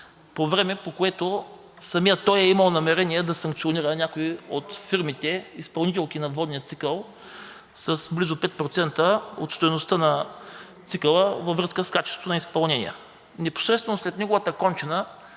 по време, по което самият той е имал намерение да санкционира някои от фирмите, изпълнителки на водния цикъл, с близо 5% от стойността на цикъла във връзка с качеството на изпълнение. Непосредствено след неговата кончина